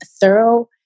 thorough